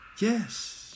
yes